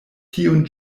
tiun